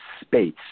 space